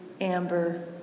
Amber